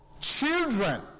children